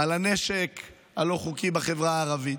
על הנשק הלא-חוקי בחברה הערבית,